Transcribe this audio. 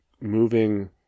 moving